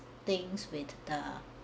things with the